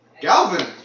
Galvin